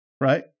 right